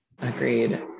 Agreed